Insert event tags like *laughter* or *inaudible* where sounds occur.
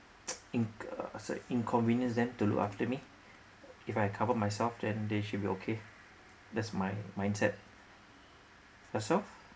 *noise* inc~ uh inconvenience them to look after me if I cover myself then they should be okay that's my mindset yourself